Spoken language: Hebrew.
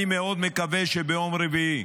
אני מאוד מקווה שביום רביעי